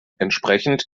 entsprechend